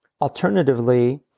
alternatively